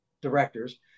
directors